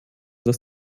dass